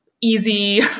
easy